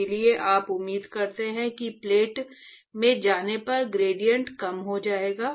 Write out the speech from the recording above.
इसलिए आप उम्मीद करते हैं कि प्लेट में जाने पर ग्रेडिएंट कम हो जाएगा